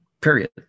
period